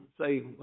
say